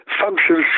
functions